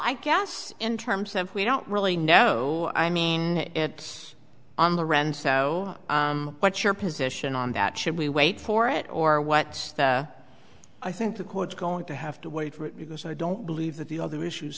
i guess in terms of we don't really know i mean it's on the run so what's your position on that should we wait for it or what i think the court's going to have to wait for it because i don't believe that the other issues